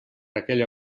aquella